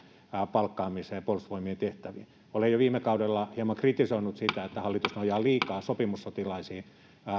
palkkaamiseen puolustusvoimien tehtäviin olen jo viime kaudella hieman kritisoinut sitä että hallitus nojaa liikaa sopimussotilaisiin